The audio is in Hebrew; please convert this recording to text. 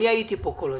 אני הייתי פה כל הזמן,